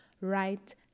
right